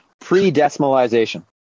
pre-decimalization